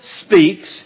speaks